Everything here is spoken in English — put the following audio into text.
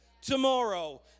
Tomorrow